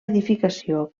edificació